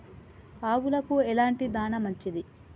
ఆవులకు ఎలాంటి దాణా మంచిది?